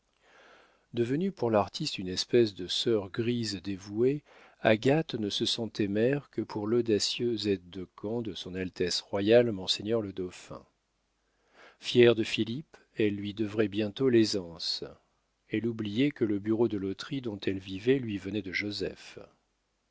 devenue pour l'artiste une espèce de sœur grise dévouée agathe ne se sentait mère que pour l'audacieux aide-de-camp de son altesse royale monseigneur le dauphin fière de philippe elle lui devrait bientôt l'aisance elle oubliait que le bureau de loterie dont elle vivait lui venait de joseph